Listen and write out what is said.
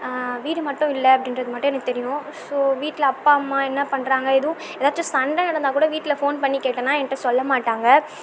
வீடு மட்டும் இல்லை அப்படின்றது மட்டும் எனக்கு தெரியும் ஸோ வீட்டில் அப்பா அம்மா என்ன பண்ணுறாங்க எதுவும் எதாச்சும் சண்டை நடந்தால் கூட வீட்டில் ஃபோன் பண்ணி கேட்டேன்னா என்கிட்ட சொல்லமாட்டாங்க